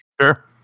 Sure